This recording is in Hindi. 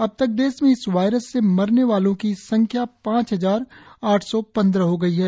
अबतक देश में इस वायरस से मरने वालों की संख्या पांच हजार आठ सौ पंद्रह हो गई है